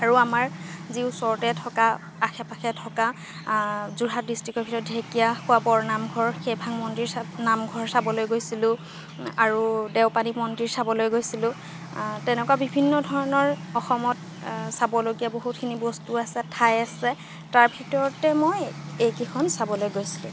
আৰু আমাৰ যি ওচৰতে থকা আশে পাশে থকা যোৰহাট ডিষ্ট্ৰিক্টৰ ভিতৰত ঢেকিয়াখোৱা বৰনামঘৰ সেইভাগ মন্দিৰ নামঘৰ চাবলৈ গৈছিলো আৰু দেউপানী মন্দিৰ চাবলৈ গৈছিলো তেনেকুৱা বিভিন্ন ধৰণৰ অসমত চাবলগীয়া বহুখিনি বস্তু আছে ঠাই আছে তাৰ ভিতৰতে মই এইকেইখন চাবলৈ গৈছিলো